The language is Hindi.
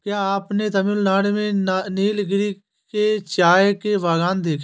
क्या आपने तमिलनाडु में नीलगिरी के चाय के बागान देखे हैं?